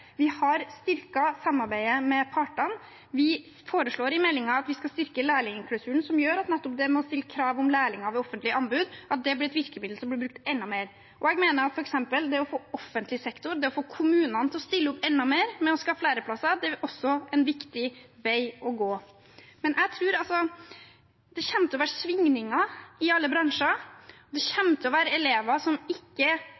Vi har styrket samarbeidet med partene. Vi foreslår i meldingen at vi skal styrke lærlingklausulen som gjør at nettopp det å stille krav om læringer ved offentlige anbud blir et virkemiddel som blir brukt enda mer. Jeg mener f.eks. at det å få offentlig sektor, det å få kommunene til å stille opp enda mer med å skaffe læreplasser er også en viktig vei å gå. Jeg tror at det kommer til å være svingninger i alle bransjer. Det kommer til å være elever som ikke er like attraktive for alle bedrifter, og